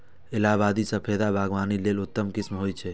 इलाहाबादी सफेदा बागवानी लेल उत्तम किस्म होइ छै